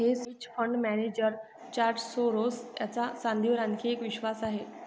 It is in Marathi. hedge fund manager George Soros यांचा चांदीवर आणखी एक विश्वास आहे